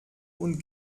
und